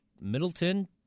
Middleton